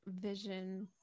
vision